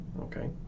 okay